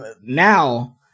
now